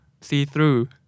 see-through